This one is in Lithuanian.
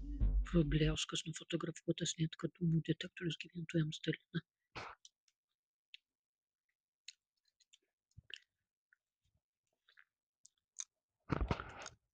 vrubliauskas nufotografuotas net kad dūmų detektorius gyventojams dalina